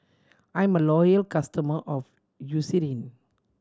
I'm a loyal customer of Eucerin